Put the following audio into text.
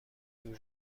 جور